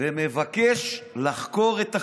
ומבקש לחקור את החיילים,